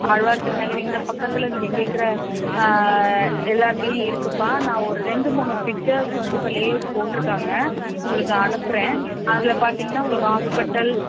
ஆழ்வார் திருநகர் இந்த பக்கத்தில் நீங்கள் கேட்குற எல்லாத்திலையும் இருக்குதுப்பா நான் ஒரு ரெண்டு மூணு பிக்ச்சர்ஸ் வந்து இப்ப லேஅவுட் போட்டிருக்காங்க உங்களுக்கு அனுப்புகிறேன் அதில் பார்த்தீங்கனா உங்களுக்கு ஹாஸ்பிடல்